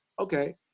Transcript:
okay